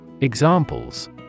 Examples